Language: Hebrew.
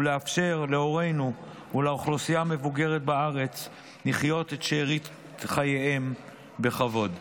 ולאפשר להורינו ולאוכלוסייה המבוגרת בארץ לחיות את שארית חייהם בכבוד.